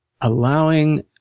allowing